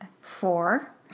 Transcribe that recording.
Four